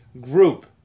group